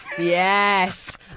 Yes